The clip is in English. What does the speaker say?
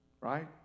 Right